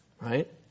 right